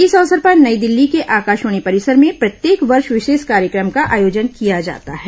इस अवसर पर नई दिल्ली के आकाशवाणी परिसर में प्रत्येक वर्ष विशेष कार्यक्रम का आयोजन किया जाता है